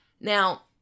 Now